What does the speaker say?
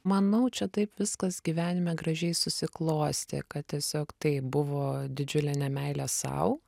manau čia taip viskas gyvenime gražiai susiklostė kad tiesiog tai buvo didžiulė nemeilė sau